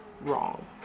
Wrong